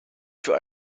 für